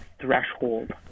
threshold